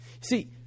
See